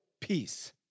peace